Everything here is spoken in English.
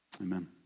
Amen